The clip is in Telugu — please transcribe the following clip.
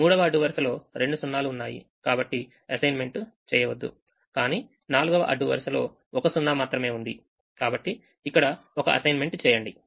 3వ అడ్డు వరుసలో రెండు 0 లు ఉన్నాయి కాబట్టి అసైన్మెంట్ చేయవద్దు కానీ 4వఅడ్డు వరుసలో ఒక 0 మాత్రమే ఉంది కాబట్టి ఇక్కడ ఒక అసైన్మెంట్ చేయండి